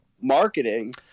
marketing